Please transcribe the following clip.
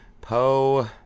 Poe